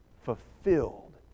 fulfilled